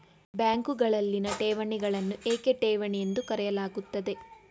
ಬ್ಯಾಂಕುಗಳಲ್ಲಿನ ಠೇವಣಿಗಳನ್ನು ಏಕೆ ಠೇವಣಿ ಎಂದು ಕರೆಯಲಾಗುತ್ತದೆ?